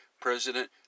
President